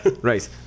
Right